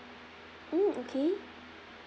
mm okay